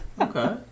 okay